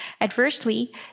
Adversely